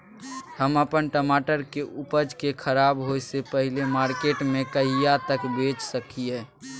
हम अपन टमाटर के उपज के खराब होय से पहिले मार्केट में कहिया तक भेज सकलिए?